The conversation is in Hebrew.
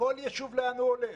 כל יישוב לאן הוא הולך,